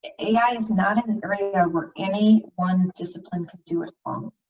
ai is not an area where any one discipline could do it um